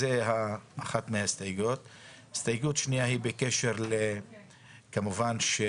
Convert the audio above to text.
הסתייגות שנייה, היא כמובן בקשר לכך